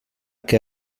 que